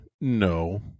No